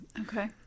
Okay